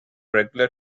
regular